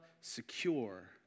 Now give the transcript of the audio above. secure